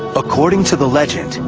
according to the legend,